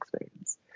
experience